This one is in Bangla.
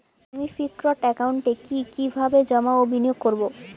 আমি ফিক্সড একাউন্টে কি কিভাবে জমা ও বিনিয়োগ করব?